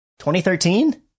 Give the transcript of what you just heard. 2013